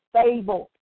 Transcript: stable